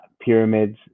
pyramids